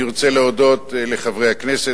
אני רוצה להודות לחברי הכנסת,